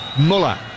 Muller